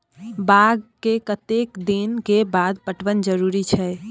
बाग के कतेक दिन के बाद पटवन जरूरी छै?